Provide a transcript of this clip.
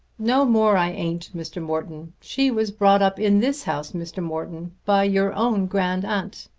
nor more i ain't, mr. morton. she was brought up in this house, mr. morton, by your own grand-aunt.